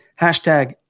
Hashtag